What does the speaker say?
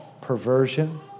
perversion